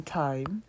time